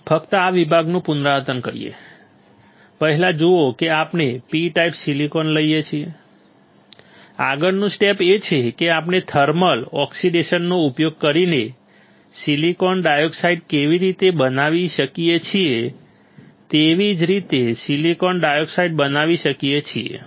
ચાલો ફક્ત આ વિભાગનું પુનરાવર્તન કરીએ પહેલા જુઓ કે આપણે P ટાઇપ સિલિકોન લઈએ છીએ આગળનું સ્ટેપ એ છે કે આપણે થર્મલ ઓક્સિડેશનનો ઉપયોગ કરીને સિલિકોન ડાયોક્સાઈડ કેવી રીતે બનાવી શકીએ છીએ તેવી જ રીતે સિલિકોન ડાયોક્સાઈડ બનાવી શકીએ છીએ